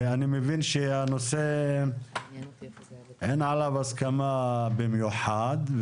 אני מבין שהנושא אין עליו הסכמה במיוחד.